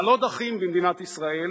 על עוד אחים במדינת ישראל,